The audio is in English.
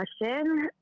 question